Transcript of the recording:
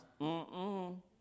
mm-mm